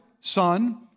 Son